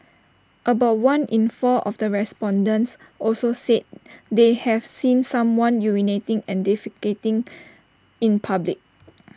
about one in four of the respondents also said they have seen someone urinating and defecating in public